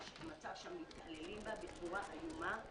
מתעללים בה בצורה איומה,